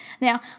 Now